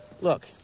look